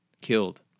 killed